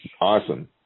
awesome